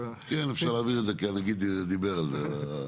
נגיד בנק ישראל פרופ’ אמיר ירון: